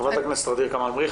חברת הכנסת ע'דיר כאמל מריח.